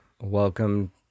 Welcome